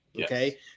okay